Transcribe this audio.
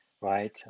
right